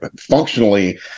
functionally